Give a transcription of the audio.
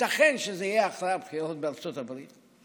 ייתכן שזה יהיה אחרי הבחירות בארצות הברית,